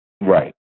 Right